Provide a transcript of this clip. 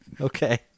Okay